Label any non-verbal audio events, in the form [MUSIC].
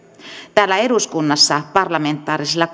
täällä eduskunnassa parlamentaarisella [UNINTELLIGIBLE]